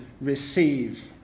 receive